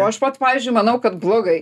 o aš vat pavyzdžiui manau kad blogai